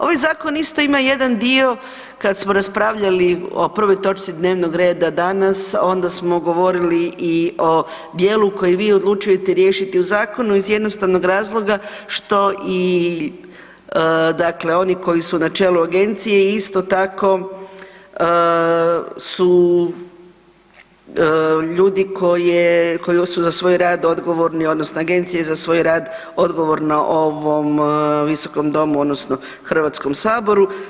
Ovaj zakon isto ima jedan dio kad smo raspravljali o prvoj točci dnevnog reda danas, onda smo govorili i o djelu koji vi odlučujete riješiti u zakonu iz jednostavnog razloga što i dakle oni koji su na čelu Agencije isto tako su ljudi koji su za svoj rad odgovorni odnosno Agencija za svoj rad odgovorna ovom visokom domu odnosno Hrvatskom saboru.